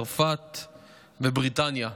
צרפת ובריטניה.